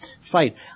fight